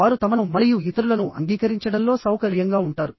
వారు తమను మరియు ఇతరులను అంగీకరించడంలో సౌకర్యంగా ఉంటారు